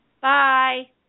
Bye